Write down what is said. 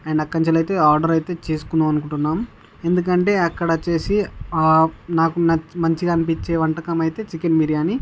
and అక్కడ నుంచి అయితే ఆర్డర్ అయితే చేసుకుందాం అనుకుంటున్నాం ఎందుకంటే అక్కడ వచ్చి ఆ నాకు నచ్చి మంచిగా అనిపించే వంటకం అయితే చికెన్ బిర్యానీ